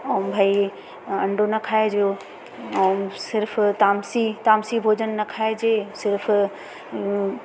अऊं भई अंडो न खाएजो ऐं सिर्फ़ तामसी तामसी भोजन न खाएजे सिर्फ़